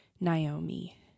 Naomi